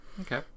Okay